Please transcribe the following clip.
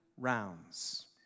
rounds